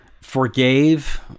forgave